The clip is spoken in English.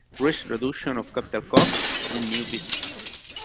risk reduction of but costs in new business models.